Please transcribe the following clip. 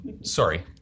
Sorry